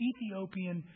Ethiopian